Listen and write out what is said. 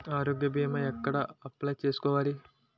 ఆరోగ్య భీమా ఎక్కడ అప్లయ్ చేసుకోవాలి?